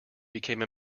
became